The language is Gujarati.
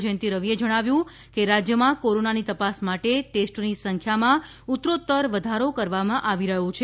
જયંતિ રવિએ જણાવ્યું છે કે રાજ્યમાં કોરોનાની તપાસ માટે ટેસ્ટની સંખ્યામાં ઉતરોઉતર વધારો કરવામાં આવી રહ્યો છે